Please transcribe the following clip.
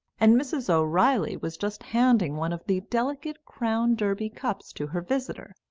and mrs. o'reilly was just handing one of the delicate crown derby cups to her visitor,